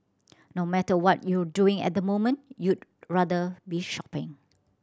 no matter what you're doing at the moment you'd rather be shopping